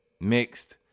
mixed